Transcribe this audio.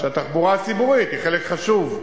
שהתחבורה הציבורית היא חלק חשוב,